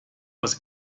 was